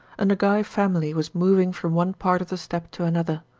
a nogay family was moving from one part of the steppe to another.